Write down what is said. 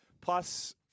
Plus